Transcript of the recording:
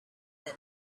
than